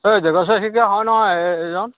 ঐ দেবেশ্বৰ শইকীয়া হয় নহয় এইজন